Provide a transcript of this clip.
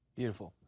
beautiful.